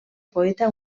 poeta